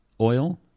oil